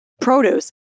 produce